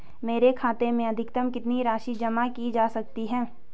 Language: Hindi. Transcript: मेरे खाते में अधिकतम कितनी राशि जमा की जा सकती है?